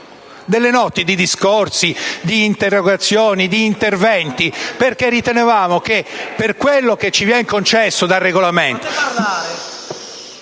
delle notti di discorsi, di interrogazioni, di interventi, perché ritenevamo che, per quello che ci viene concesso dal Regolamento...